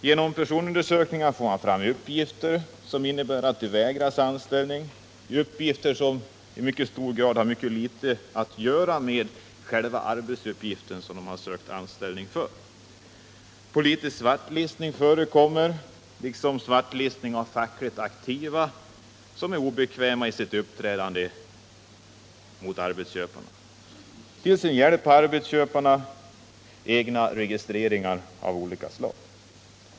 Genom personundersökningar får man fram uppgifter som innebär att de vägras anställning — uppgifter som har mycket litet att göra med det arbete som de har sökt anställning för. Politisk svartlistning förekommer, liksom svartlistning av fackligt aktiva som är obekväma i sitt uppträdande mot arbetsköparna. Till sin hjälp har arbetsköparna egna registreringar av olika slag.